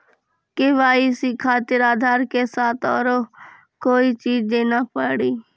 KYC खातिर आधार के साथ औरों कोई चीज देना पड़ी?